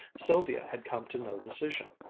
sylvia had come to no decision.